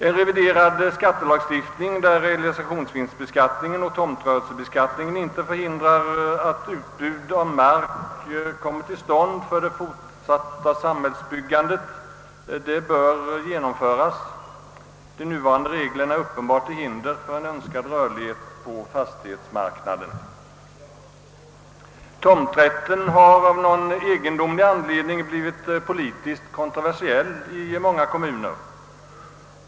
En revidering av skattelagstiftningen bör genomföras, så att realisationsvinstbeskattningen och tomtrörelsebeskattningen inte förhindrar att utbud av mark kommer till stånd för det fortsatta samhällsbyggandet. De nuvarande reglerna är uppenbarligen till hinder för en önskvärd rörlighet på fastighetsmarknaden. Frågan om tomträtten har av någon egendomlig anledning blivit politiskt kontroversiell i många kommuner.